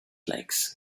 lakes